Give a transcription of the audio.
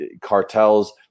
cartels